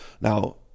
Now